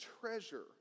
treasure